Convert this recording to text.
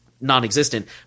non-existent